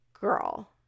girl